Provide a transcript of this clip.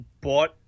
bought